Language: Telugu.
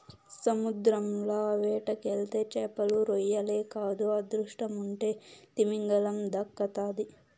సముద్రంల వేటకెళ్తే చేపలు, రొయ్యలే కాదు అదృష్టముంటే తిమింగలం దక్కతాది